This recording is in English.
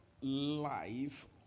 life